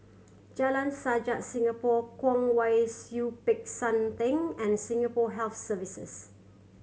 Jalan Sajak Singapore Kwong Wai Siew Peck San Theng and Singapore Health Services